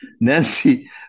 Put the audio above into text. Nancy